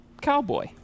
cowboy